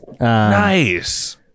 nice